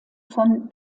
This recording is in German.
von